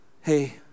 hey